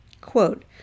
quote